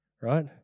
right